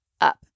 up